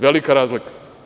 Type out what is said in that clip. Velika razlika.